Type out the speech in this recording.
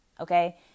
okay